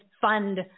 fund